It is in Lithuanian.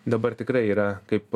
dabar tikrai yra kaip